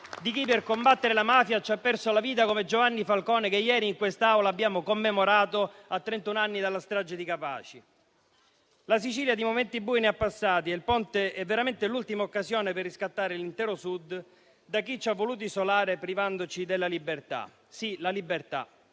di chi per combattere la mafia ha perso la vita come Giovanni Falcone che ieri in quest'Aula abbiamo commemorato a trentun anni dalla strage di Capaci. La Sicilia di momenti bui ne ha passati e il Ponte è veramente l'ultima occasione per riscattare l'intero Sud da chi ci ha voluti isolare privandoci della libertà, sì la libertà: